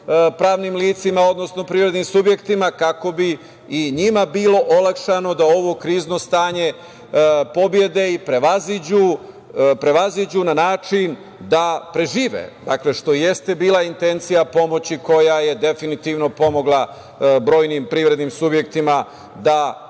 pravnim licima, odnosno privrednim subjektima kako bi i njima bilo olakšano da ovo krizno stanje pobede i prevaziđu na način da prežive, što jeste bila intencija pomoći koja je definitivno pomogla brojnim privrednim subjektima da